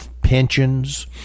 pensions